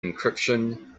encryption